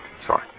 sorry